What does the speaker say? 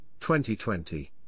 2020